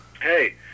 Hey